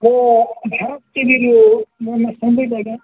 ହଁ ମୋ ନାଁ ସମ୍ବିତ ଆଜ୍ଞା